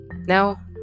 Now